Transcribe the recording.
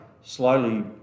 slowly